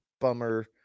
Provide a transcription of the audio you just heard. bummer